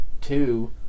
two